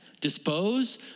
Dispose